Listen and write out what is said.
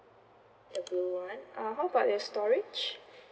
the blue one uh how about your storage